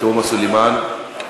תומא סלימאן,